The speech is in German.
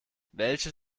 welches